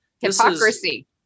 Hypocrisy